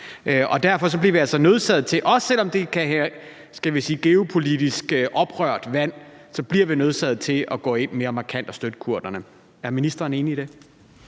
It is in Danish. sig. Derfor bliver vi altså nødsaget til, også selv om det er geopolitisk oprørt vand, at gå ind mere markant og støtte kurderne. Er ministeren enig i det?